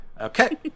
Okay